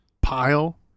pile